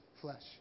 flesh